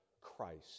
Christ